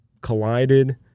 collided